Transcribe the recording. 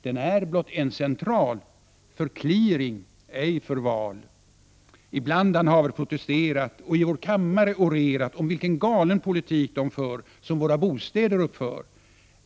Den är blott en central Ibland han haver protesterat och i vår kammare orerat om vilken galen politik de för som våra bostäder uppför.